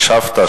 הקשבת,